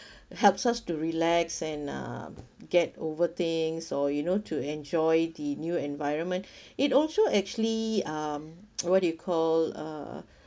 helps us to relax and uh get over things or you know to enjoy the new environment it also actually um what do you call uh